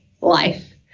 life